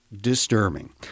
disturbing